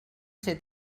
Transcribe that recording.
ser